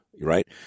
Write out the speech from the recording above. Right